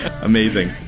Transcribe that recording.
Amazing